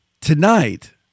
Tonight